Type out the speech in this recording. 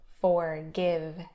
forgive